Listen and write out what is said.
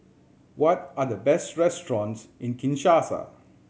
what are the best restaurants in Kinshasa